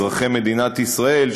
אזרחי מדינת ישראל,